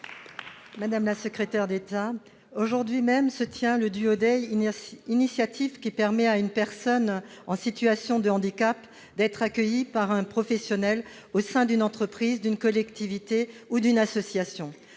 Madame la secrétaire d'État, aujourd'hui même se tient le DuoDay, initiative qui permet à une personne en situation de handicap d'être accueillie par un professionnel au sein d'une entreprise, d'une collectivité ou d'une association.